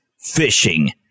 fishing